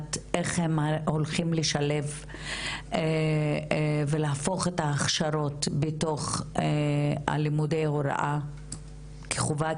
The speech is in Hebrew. לדעת איך הם הולכים לשלב ולהפוך את ההכשרות בתוך לימודי ההוראה כחובה,